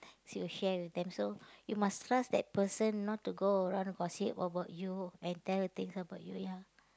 you share with them so you must trust that person not to go around gossip about you and tell the thing about you ya